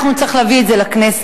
אנחנו נצטרך להביא את זה לכנסת.